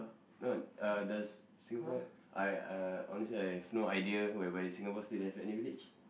no uh does Singapore I uh honestly I've no idea whereby Singapore still have any village